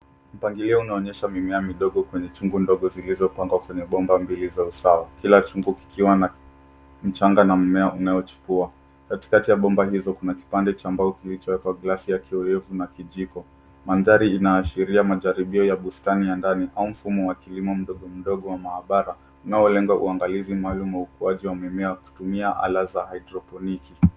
Mpangilio unaonyesha mimea midogo kwenye chungu ndogo zilizopangwa kwenye bomba mbili za usawa. Kila chungu kikiwa na mchanga na mmea unaochipua. Katikati ya bomba hizo kuna kipande cha mbao kilichowekwa glasi ya kioo refu na kijiko. Mandhari inaashiria majaribio ya bustani ya ndani, au mfumo wa kilimo mdogo mdogo wa maabara, unaolenga uangalizi maalum wa ukuaji wa mimea kutumia ala za haidroponiki.